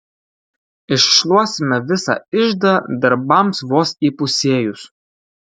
iššluosime visą iždą darbams vos įpusėjus